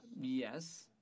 Yes